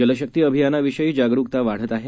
जलशक्ती अभियानाविषयी जागरुकता वाढत आहे